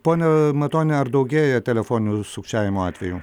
pone matoni ar daugėja telefoninių sukčiavimo atvejų